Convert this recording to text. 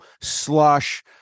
slush